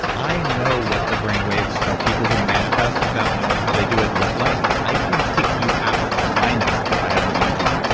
i know what the brain waves of people who manifest without knowing how they do it look like i can pick you out of a lineup if i have an eeg.